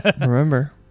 Remember